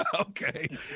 Okay